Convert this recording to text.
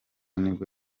nibwo